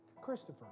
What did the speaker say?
Christopher